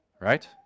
Right